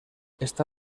está